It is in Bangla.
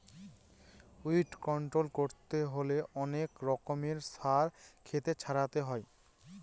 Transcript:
উইড কন্ট্রল করতে হলে অনেক রকমের সার ক্ষেতে ছড়াতে হয়